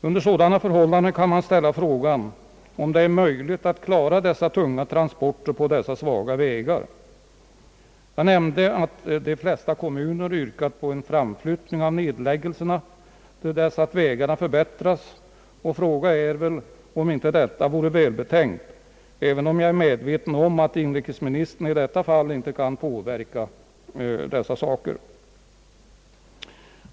Under sådana förhållanden kan man ställa frågan om det är möjligt att klara dessa tunga transporter på de svaga vägarna. Jag nämnde att de flesta kommunerna yrkat på en framflyttning av nedläggelserna till dess att vägarna förbättrats, och fråga är väl om inte detta vore välbetänkt, även om jag har klart för mig att inrikesministern i detta fall inte kan göra något.